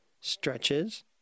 stretches